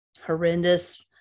horrendous